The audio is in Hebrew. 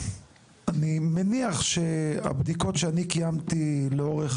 אני מניח שהבדיקות שאני קיימתי לאורך